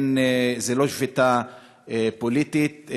זו לא שביתה פוליטית.